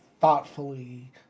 thoughtfully